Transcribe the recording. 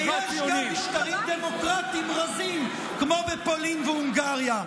ויש גם משטרים דמוקרטיים רזים כמו בפולין ובהונגריה.